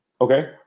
okay